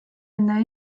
enne